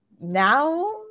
now